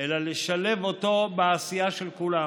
אלא לשלב אותו בעשייה של כולם,